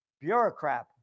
bureaucrat